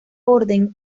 orden